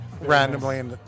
randomly